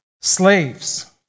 slaves